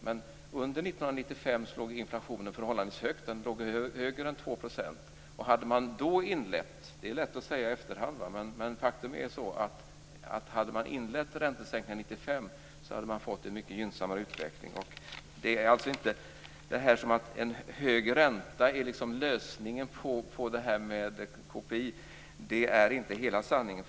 Under 1995 låg inflationen förhållandevis högt. Den låg över 2 %. Det är lätt att säga i efterhand, men faktum är att hade man inlett räntesänkningen 1995 hade man fått en mycket gynnsammare utveckling. Det är alltså inte så att en hög ränta är lösningen på det här med KPI. Det är faktiskt inte hela sanningen.